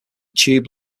tube